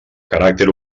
caràcter